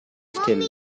still